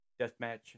deathmatch